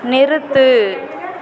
நிறுத்து